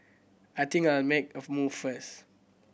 I think I'll make a move first